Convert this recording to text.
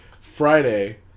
Friday